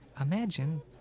imagine